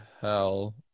Hell